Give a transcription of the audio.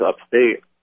upstate